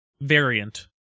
variant